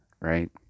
right